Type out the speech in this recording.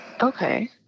Okay